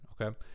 okay